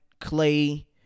Clay